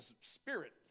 spirit